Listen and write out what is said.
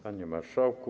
Panie Marszałku!